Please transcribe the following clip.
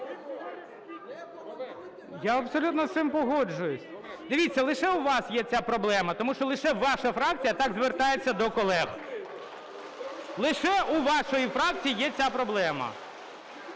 Я абсолютно з цим погоджуюся. Дивіться, лише у вас є ця проблема, тому що лише ваша фракція так звертається до колег. Лише у вашої фракції є ця проблема.